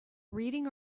reading